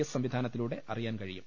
S സംവിധാന ത്തിലൂടെ അറിയാൻ കഴിയും